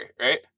right